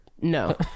no